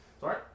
Sorry